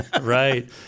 Right